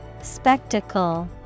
Spectacle